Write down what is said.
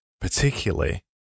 particularly